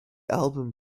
album